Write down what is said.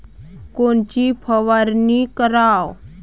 कोनची फवारणी कराव?